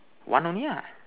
one only ah